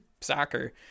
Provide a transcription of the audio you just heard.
soccer